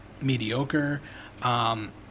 mediocre